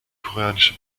koreanische